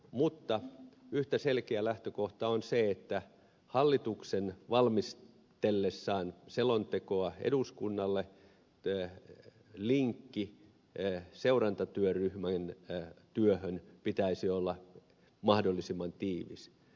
mutta yhtä selkeä lähtökohta on se että hallituksen kun se valmistelee selontekoa eduskunnalle linkin seurantatyöryhmän työhön pitäisi olla mahdollisimman tiivis